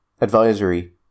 Advisory